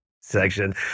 section